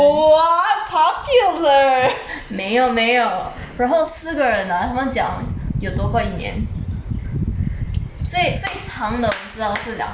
没有没有然后四个人 ah 他们讲有多过一年最最长的你知道是两年多